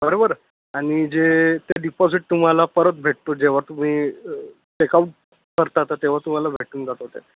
बरोबर आणि जे ते डिपॉझिट तुम्हाला परत भेटतो जेव्हा तुम्ही चेक आउट करता तर तेव्हा तुम्हाला भेटून जातो ते